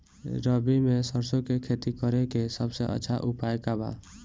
रबी में सरसो के खेती करे के सबसे अच्छा उपाय का बा?